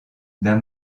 d’un